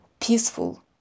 peaceful